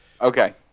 okay